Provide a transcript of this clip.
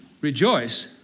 Rejoice